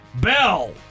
bell